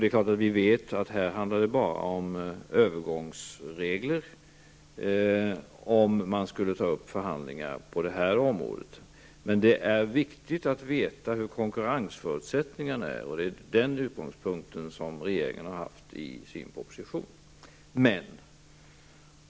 Om man skulle ta upp förhandlingar på detta område skulle det enbart handla om övergångsregler. Men det är viktigt att veta hur konkurrensförutsättningarna är. Det är den utgångspunkten som regeringen har haft i sin proposition.